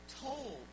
told